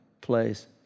place